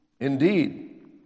Indeed